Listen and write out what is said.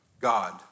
God